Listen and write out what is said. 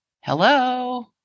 Hello